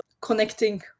connecting